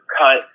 cut